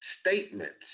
statements